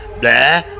blah